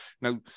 Now